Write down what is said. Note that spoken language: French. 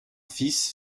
fils